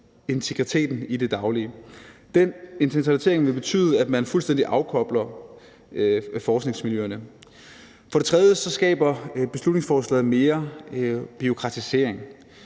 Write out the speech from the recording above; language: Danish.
forskningsintegriteten i det daglige. Den centralisering vil betyde, at man fuldstændig afkobler forskningsmiljøerne. For det tredje skaber beslutningsforslaget mere bureaukratisering.